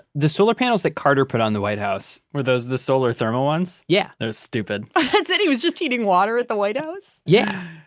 the solar panels that carter put on the white house, were those the solar thermal ones? yeah that was stupid that's it? he was just heating water at the white house yeah.